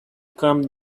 come